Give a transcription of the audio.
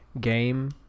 game